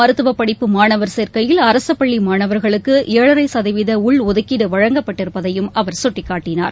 மருத்துவப் படிப்பு மாணவர் சேர்க்கையில் அரசுப் பள்ளி மாணவர்களுக்கு ஏழரை சதவீத உள்ஒதுக்கீடு வழங்கப்பட்டிருப்பதையும் அவர் சுட்டிக்காட்டினார்